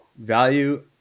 Value